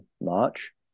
march